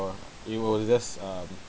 it was just um